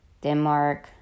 Denmark